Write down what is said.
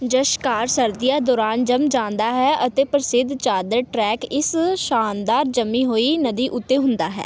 ਜ਼ਾਂਸਕਰ ਸਰਦੀਆਂ ਦੌਰਾਨ ਜੰਮ ਜਾਂਦਾ ਹੈ ਅਤੇ ਪ੍ਰਸਿੱਧ ਚਾਦਰ ਟਰੈਕ ਇਸ ਸ਼ਾਨਦਾਰ ਜੰਮੀ ਹੋਈ ਨਦੀ ਉੱਤੇ ਹੁੰਦਾ ਹੈ